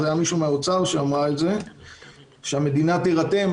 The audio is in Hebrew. שהמדינה תירתם.